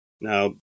Now